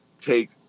take